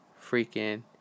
freaking